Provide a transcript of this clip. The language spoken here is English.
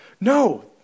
No